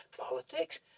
politics